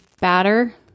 batter